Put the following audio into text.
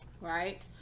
Right